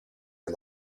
are